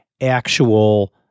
actual